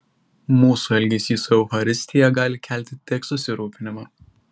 mūsų elgesys su eucharistija gali kelti tik susirūpinimą